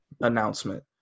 announcement